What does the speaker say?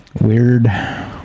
weird